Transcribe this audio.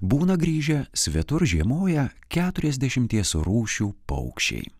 būna grįžę svetur žiemoję keturiasdešimties rūšių paukščiai